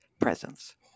presence